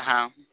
ਹਾਂ